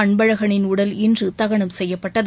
அன்பழகனின் உடல் இன்று தகனம் செய்யப்பட்டது